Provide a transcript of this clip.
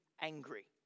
angry